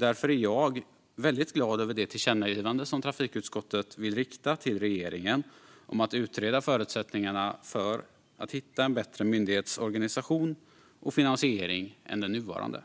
Därför är jag mycket glad över det tillkännagivande som trafikutskottet vill rikta till regeringen om att utreda förutsättningarna för att hitta en bättre myndighetsorganisation och finansiering än den nuvarande.